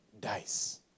dies